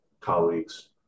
colleagues